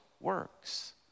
works